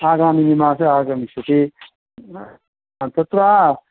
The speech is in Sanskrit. आगामिनि मासे आगमिष्यति हा तत्र